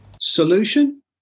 solution